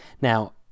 Now